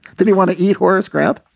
did he want to eat horace grant?